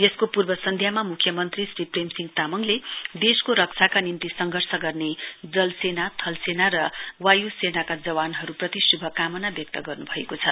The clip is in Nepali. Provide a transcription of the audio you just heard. यसको पूर्व सन्ध्या मुख्यमन्त्री श्री प्रेमसिंह तामङले देशको रक्षाका निम्ति संघर्ष गर्ने जलसेनास थलसेना र वायुसेनाका जवानहरूप्रति श्भकामना व्यक्त गर्नुभएको छ